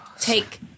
take